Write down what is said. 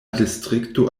distrikto